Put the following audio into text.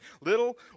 little